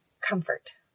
comfort